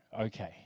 okay